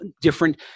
different